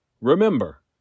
Remember